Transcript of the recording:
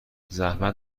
زحمت